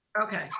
Okay